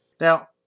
Now